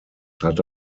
hatte